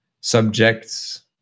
subjects